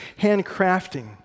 handcrafting